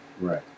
Right